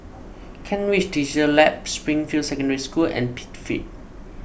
Kent Ridge Digital Labs Springfield Secondary School and Pitt Street